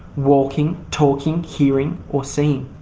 walking, talking, hearing or seeing.